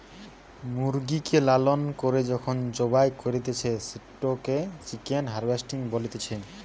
মুরগিকে লালন করে যখন জবাই করতিছে, সেটোকে চিকেন হার্ভেস্টিং বলতিছে